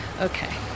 Okay